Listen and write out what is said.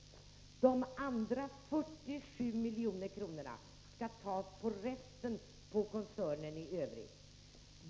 De andra 47 miljonerna skall tas från koncernen i övrigt.